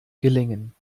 gelingen